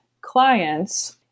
clients